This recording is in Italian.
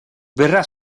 verrà